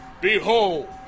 Behold